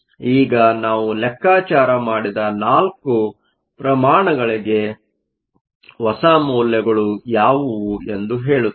ಈಗ ನಾವು ಲೆಕ್ಕಾಚಾರ ಮಾಡಿದ 4 ಪ್ರಮಾಣಗಳಿಗೆ ಹೊಸ ಮೌಲ್ಯಗಳು ಯಾವುವು ಎಂದು ಹೇಳುತ್ತದೆ